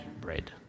bread